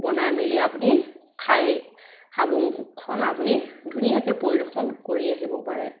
বনাই মেলি আপুনি খাই হাবুংখন আপুনি ধুনীয়াকে পৰিদৰ্শন কৰি আহিব পাৰে